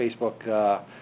Facebook